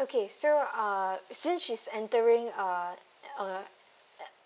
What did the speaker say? okay so uh since she's entering uh uh